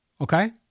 Okay